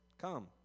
come